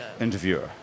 interviewer